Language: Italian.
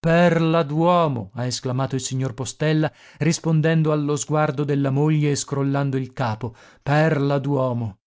l'uomo solo luigi pirandello perla d'uomo ha esclamato il signor postella rispondendo allo sguardo della moglie e scrollando il capo perla d'uomo